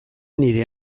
nire